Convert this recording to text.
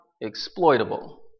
exploitable